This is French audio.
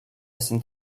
saint